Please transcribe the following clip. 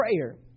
prayer